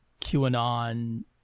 QAnon